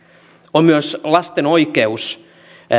on myös lasten oikeus